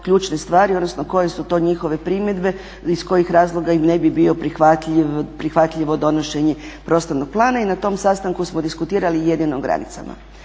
ključne stvari, odnosno koje su to njihove primjedbe iz kojih razloga im ne bi bio prihvatljivo donošenje prostornog plana i na tom sastanku smo diskutirali jedino o granicama.